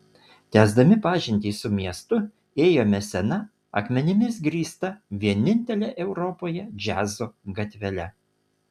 tęsdami pažintį su miestu ėjome sena akmenimis grįsta vienintele europoje džiazo gatvele